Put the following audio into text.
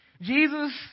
Jesus